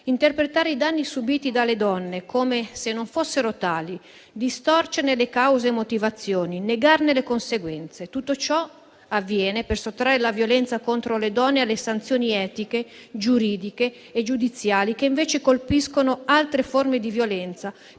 Interpretare i danni subiti dalle donne come se non fossero tali, distorcerne cause e motivazioni, negarne le conseguenze: tutto ciò avviene per sottrarre la violenza contro le donne alle sanzioni etiche, giuridiche e giudiziali che invece colpiscono altre forme di violenza,